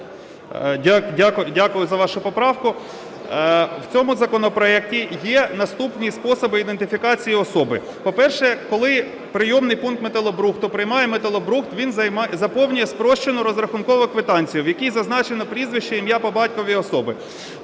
Дякую за вашу поправку. В цьому законопроекті є наступні способи ідентифікації особи. По-перше, коли прийомний пункт металобрухту приймає металобрухт, він заповнює спрощену розрахункову квитанцію, в якій зазначено прізвище, ім'я, по батькові особи.